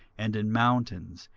and in mountains,